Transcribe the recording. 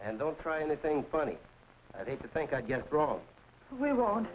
and don't try anything funny i'd hate to think i get it wrong we w